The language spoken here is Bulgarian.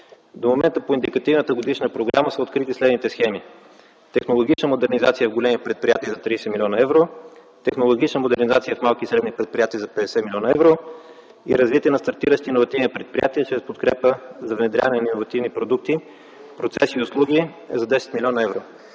До момента по Индикативната годишна програма са открити следните схеми: технологична модернизация в големи предприятия за 30 млн. евро, технологична модернизация в малки и средни предприятия за 50 млн. евро и развитие на стартиращи иновативни предприятия чрез подкрепа за внедряване на иновативни продукти, процеси и услуги за 10 млн. евро.